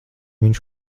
viņš